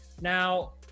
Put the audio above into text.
now